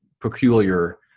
peculiar